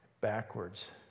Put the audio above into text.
backwards